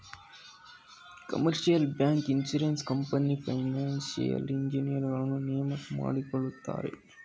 commercial bank, insurance company, financial ಇಂಜಿನಿಯರುಗಳನ್ನು ನೇಮಕ ಮಾಡಿಕೊಳ್ಳುತ್ತಾರೆ